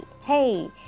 Hey